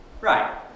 Right